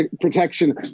protection